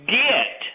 get